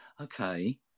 Okay